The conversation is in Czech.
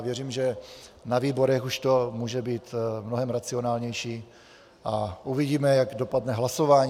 Věřím, že na výborech už to může být mnohem racionálnější, a uvidíme, jak dopadne hlasování.